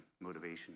motivation